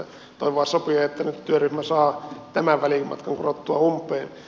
toivoa sopii että nyt työryhmä saa tämän välimatkan kurottua umpeen